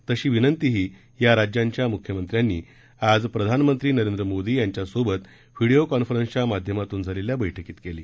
तशी विनंतीही या राज्यांच्या मुख्यमंत्र्यांनी आज प्रधानमंत्री नरेंद्र मोदी यांच्यासोबत व्हिडिओ कॉन्फरन्सच्या माध्यमातून झालेल्या बैठकीत केली